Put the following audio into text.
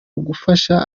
kugufasha